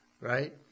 Right